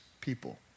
people